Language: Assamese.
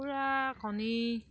কুকুৰা কণী